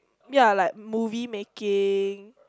ya like movie making